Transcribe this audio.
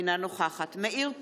אינה נוכחת מאיר פרוש,